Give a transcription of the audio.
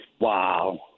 Wow